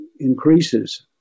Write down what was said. increases